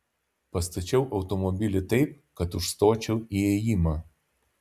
pastačiau automobilį taip kad užstočiau įėjimą